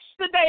today